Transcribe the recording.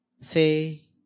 say